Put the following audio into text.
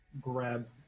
grab